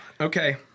okay